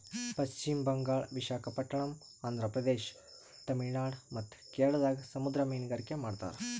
ಪಶ್ಚಿಮ್ ಬಂಗಾಳ್, ವಿಶಾಖಪಟ್ಟಣಮ್, ಆಂಧ್ರ ಪ್ರದೇಶ, ತಮಿಳುನಾಡ್ ಮತ್ತ್ ಕೇರಳದಾಗ್ ಸಮುದ್ರ ಮೀನ್ಗಾರಿಕೆ ಮಾಡ್ತಾರ